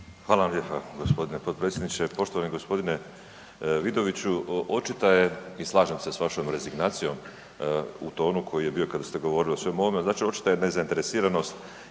Hvala lijepa gospodine potpredsjedniče. Poštovani gospodine Vidoviću. Očita je i slažem se s vašom rezignacijom u tonu koji je bio kada ste govorili o svemu ovome, znači očita je nezainteresiranost